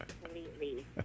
completely